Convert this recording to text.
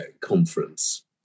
conference